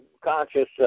conscious